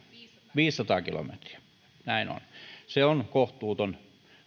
viisisataa kilometriä näin on se on kohtuuton